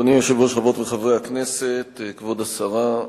אדוני היושב-ראש, חברות וחברי הכנסת, כבוד השרה,